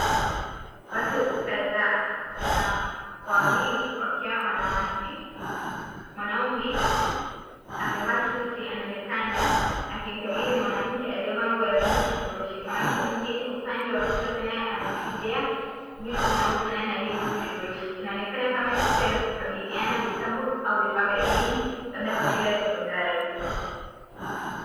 Watu kadhaa na wawili wakiwa wanawake. Mwanaume amevaa suti anaonekana akimkabidhi mwanamke aliyevaa nguo ya bluu kifurushi. Mwanamke mwingine upande wa kushoto naye anashikilia vitu vinavyofanana na hivyo vifurushi. Inaonekana kama tukio la kukabidhiana vitabu au vifaa vya elimu labda kwa shule ya sekondari.